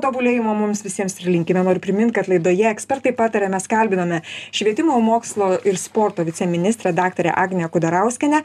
tobulėjimo mums visiems ir linkime noriu primint kad laidoje ekspertai pataria mes kalbinome švietimo mokslo ir sporto viceministrę daktarę agnę kudarauskienę